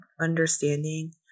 understanding